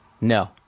no